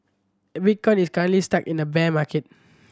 bitcoin is currently stuck in a bear market